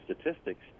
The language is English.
statistics